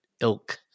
ilk